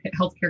healthcare